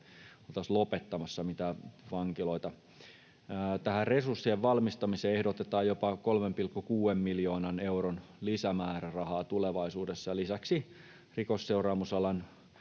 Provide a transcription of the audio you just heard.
oltaisiin lopettamassa mitään vankiloita. Resurssien varmistamiseen ehdotetaan jopa 3,6 miljoonan euron lisämäärärahaa tulevaisuudessa. Lisäksi rikosseuraamusalan